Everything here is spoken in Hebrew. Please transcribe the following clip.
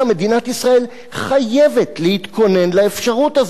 מדינת ישראל חייבת להתכונן לאפשרות הזאת.